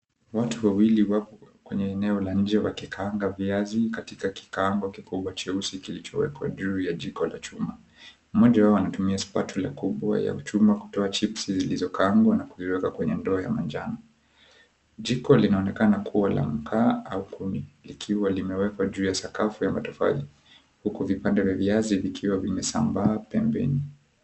Watu wawili wako kwenye eneo la inje wakikaanga viazi katika kikamba kikubwa cheusi kilichowekwa juu ya jiko la chuma. Moja wao anatumia spatula kubwa ya chuma kutoa chipsi vilivyokaangwa na kiviweka kwenye ndoo ya manjano. Jiko linaonekana kuwa la makaa au kuna likiwa limewekwa juu ya sakafu ya matofali huku vipande vya viazi vikiwa vimesambaaa pembeni.